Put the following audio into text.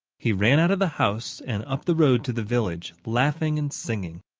he ran out of the house and up the road to the village, laughing and singing.